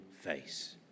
face